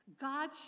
God